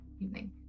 Evening